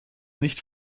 nicht